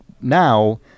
now